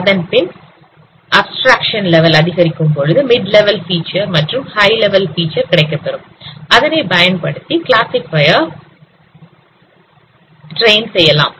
அதன்பின் abstraction level அதிகரிக்கும் பொழுது மிட் லெவல் ஃபிச்சர் மற்றும் ஹாய் லெவல் ஃபிச்சர் கிடைக்கப்பெறும் அதனை பயன்படுத்தி கிளாசிபயர் சுவையின் செய்யலாம்